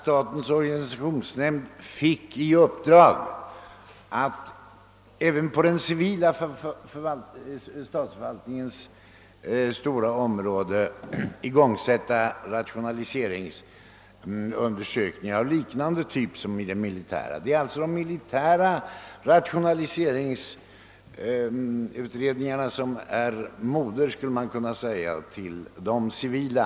Statens organisationsnämnd fick i uppdrag att även på den civila statsförvaltningens stora område igångsätta rationaliseringsun dersökningar av liknande typ som i det militära. De militära rationaliseringsutredningarna är alltså så att säga moder till de civila.